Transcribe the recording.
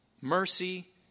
mercy